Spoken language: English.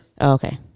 okay